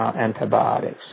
antibiotics